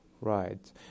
Right